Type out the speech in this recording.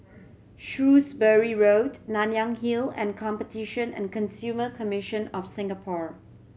Shrewsbury Road Nanyang Hill and Competition and Consumer Commission of Singapore